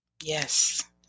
Yes